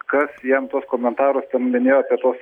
kas jiem tuos komentarus ten minėjo apie tuos